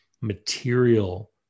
material